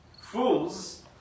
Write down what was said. Fools